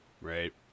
Right